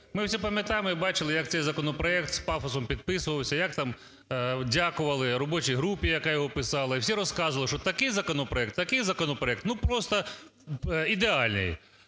Ми всі пам'ятаємо і бачили, як цей законопроект с пафосом підписувався, як там дякували робочій групі, яка його писала. І всі розказували, що такий законопроект, такий законопроект, ну просто… ідеальний.